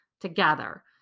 together